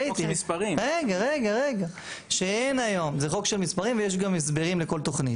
זה חוק של מספרים ויש גם הסברים לכל תכנית.